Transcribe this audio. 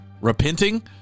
repenting